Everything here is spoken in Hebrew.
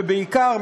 ובעיקר,